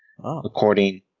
According